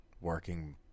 working